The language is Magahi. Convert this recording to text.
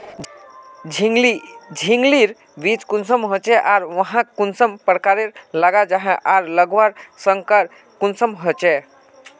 झिंगली झिंग लिर बीज कुंसम होचे आर वाहक कुंसम प्रकारेर लगा जाहा आर लगवार संगकर कुंसम होचे?